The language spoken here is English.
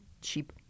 cheap